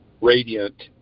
radiant